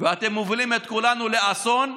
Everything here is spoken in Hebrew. אתם מובילים את כולנו לאסון,